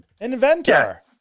inventor